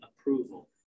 approval